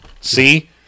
See